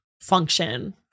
function